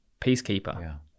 peacekeeper